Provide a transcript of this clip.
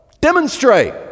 Demonstrate